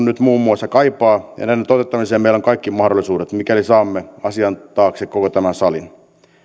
nyt muun muassa kaipaa ja näiden toteuttamiseen meillä on kaikki mahdollisuudet mikäli saamme asian taakse koko tämän salin